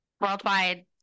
worldwide